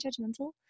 judgmental